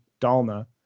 Dalna